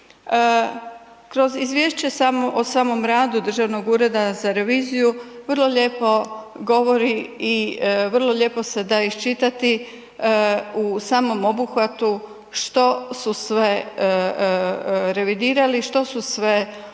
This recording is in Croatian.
Kroz izvješće o samom radu Državnog ureda za reviziju, vrlo lijepo govori i vrlo lijepo se da iščitati u samom obuhvatu što su sve revidirali, što su sve pronašli